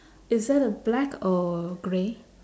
is that a black or grey